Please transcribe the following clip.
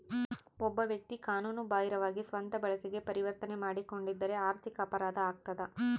ಒಬ್ಬ ವ್ಯಕ್ತಿ ಕಾನೂನು ಬಾಹಿರವಾಗಿ ಸ್ವಂತ ಬಳಕೆಗೆ ಪರಿವರ್ತನೆ ಮಾಡಿಕೊಂಡಿದ್ದರೆ ಆರ್ಥಿಕ ಅಪರಾಧ ಆಗ್ತದ